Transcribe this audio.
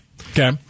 Okay